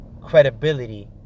Credibility